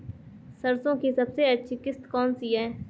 सरसो की सबसे अच्छी किश्त कौन सी है?